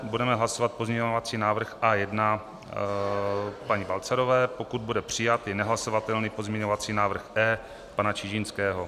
Budeme hlasovat pozměňující návrh A1 paní Balcarové, pokud bude přijat, je nehlasovatelný pozměňující návrh E pana Čižinského.